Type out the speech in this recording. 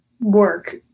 work